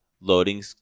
loading